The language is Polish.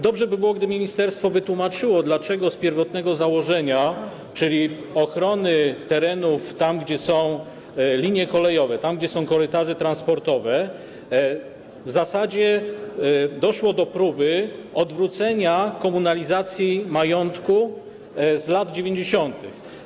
Dobrze by było, gdyby ministerstwo wytłumaczyło, dlaczego w przypadku pierwotnego założenia, czyli ochrony terenów, gdzie są linie kolejowe, gdzie są korytarze transportowe, w zasadzie doszło do próby odwrócenia komunalizacji majątku z lat 90.